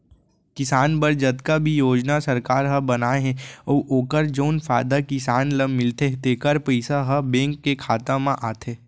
किसान बर जतका भी योजना सरकार ह बनाए हे अउ ओकर जउन फायदा किसान ल मिलथे तेकर पइसा ह बेंक के खाता म आथे